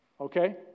Okay